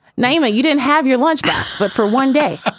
najma you didn't have your lunch back. but for one day,